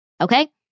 Okay